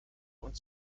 und